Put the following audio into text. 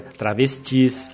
travestis